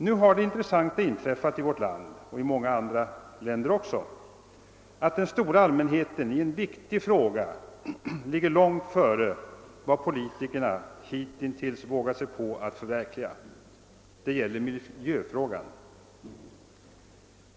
Nu har det intressanta inträffat i vårt land och i många andra länder att den stora allmänheten i en viktig fråga ligger långt före vad politikerna hitintills vågat sig på att förverkliga. Det gäller miljöfrågorna.